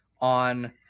on